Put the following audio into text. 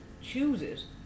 chooses